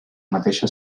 mateixa